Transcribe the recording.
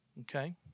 okay